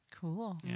Cool